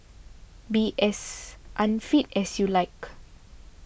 be as unfit as you like